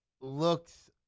looks